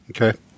Okay